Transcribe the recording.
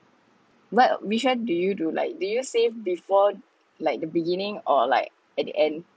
what which one do you do like do you save before like the beginning or like at the end